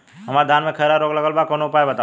हमरे धान में खैरा रोग लगल बा कवनो उपाय बतावा?